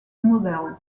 model